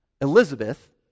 Elizabeth